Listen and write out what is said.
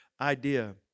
idea